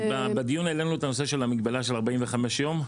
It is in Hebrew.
בדיון העלינו את הנושא של המגבלה של 45 יום.